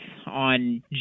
On